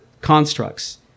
constructs